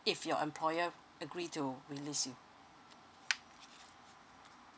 if your employer agree to release you